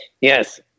yes